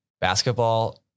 Basketball